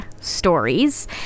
stories